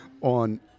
on